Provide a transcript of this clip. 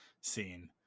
scene